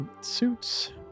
suits